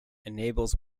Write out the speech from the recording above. enables